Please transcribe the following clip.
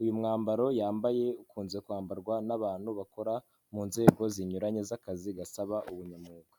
Uyu mwambaro yambaye ukunze kwambarwa n'abantu bakora mu nzego zinyuranye z'akazi gasaba ubunyamwuga.